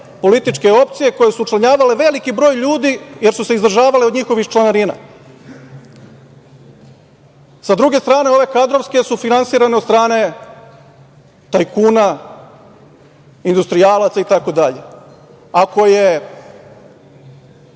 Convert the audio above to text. političke opcije koje su učlanjivale veliki broj ljudi, jer su se izdržavale od njihovih članarina. Sa druge strane, kadrovske su finansirane od strane tajkuna, industrijalaca itd. Ako je